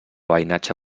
veïnatge